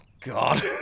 God